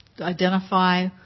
identify